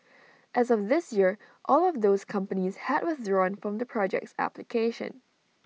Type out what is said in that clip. as of this year all of those companies had withdrawn from the project's application